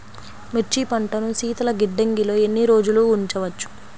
మిర్చి పంటను శీతల గిడ్డంగిలో ఎన్ని రోజులు ఉంచవచ్చు?